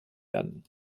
werden